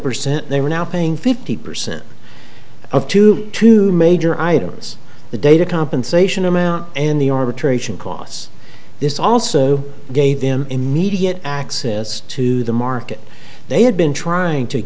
percent they were now paying fifty percent of to two major items the data compensation amount and the arbitration costs this also gave them immediate access to the market they had been trying to